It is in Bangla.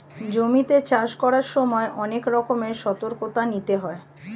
জমিতে চাষ করার সময় অনেক রকমের সতর্কতা নিতে হয়